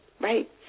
right